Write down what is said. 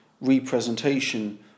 representation